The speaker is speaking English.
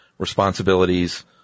Responsibilities